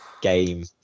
game